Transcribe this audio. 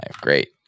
Great